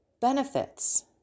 benefits